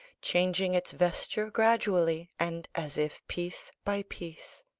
changing its vesture gradually, and as if piece by piece.